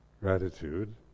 gratitude